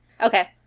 Okay